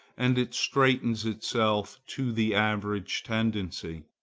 and it straightens itself to the average tendency.